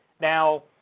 Now